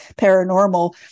paranormal